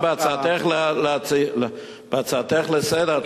בהצעתך לסדר-היום,